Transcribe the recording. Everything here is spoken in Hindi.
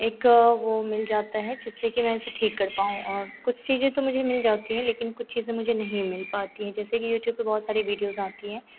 एक वह मिल जाता है जिससे कि मैं उसे ठीक कर पाऊँ और कुछ चीज़ें तो मुझे मिल जाती हैं लेकिन कुछ चीज़ें मुझे नहीं मिल पाती हैं जैसे कि यूट्यूब पर बहुत सारे वीडियोज़ आते हैं